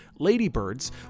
Ladybird's